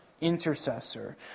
intercessor